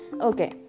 Okay